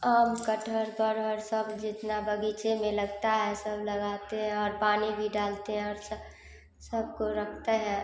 आम कटहल बरहड़ सब जितना बगीचे में लगता है सब लगाते हैं और पानी भी डालते हैं और सब सब को रखते है